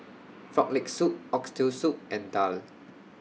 Frog Leg Soup Oxtail Soup and Daal